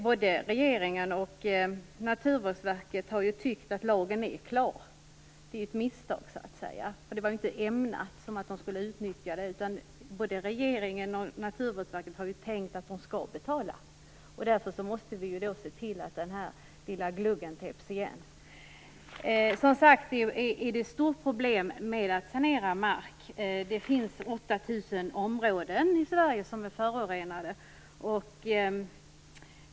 Både regeringen och Naturvårdsverket har ju tyckt att lagen är klar. Det är ju så att säga ett misstag, för den var ju inte ämnad till att bli utnyttjad av någon. Både regeringen och Naturvårdsverket har ju tänkt att företagen skall betala, och därför måste vi se till att den här lilla gluggen täpps igen. Det är som sagt ett stort problem att sanera mark. Det finns 8 000 områden i Sverige som är förorenade.